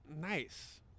nice